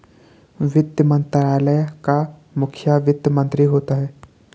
वित्त मंत्रालय का मुखिया वित्त मंत्री होता है